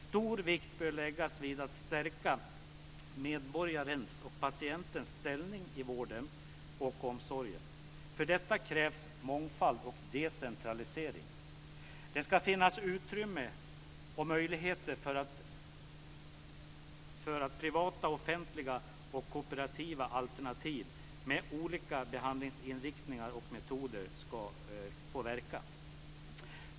Stor vikt bör läggas vid att stärka medborgarens och patientens ställning i vården och omsorgen. För detta krävs mångfald och decentralisering. Det ska finnas utrymme och möjligheter för att privata, offentliga och kooperativa alternativ med olika behandlingsinriktningar och metoder ska få verka.